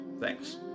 thanks